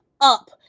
up